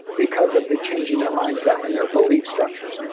because of the changing their mindset and their belief structures.